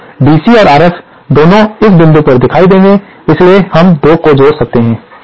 तो DC और RF दोनों इस बिंदु पर दिखाई देंगे और इसलिए हम 2 को जोड़ सकते हैं